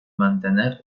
mantener